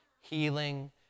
healing